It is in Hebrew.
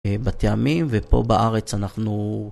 בטעמים ופה בארץ אנחנו